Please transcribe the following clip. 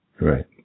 Right